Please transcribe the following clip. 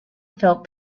felt